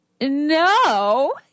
no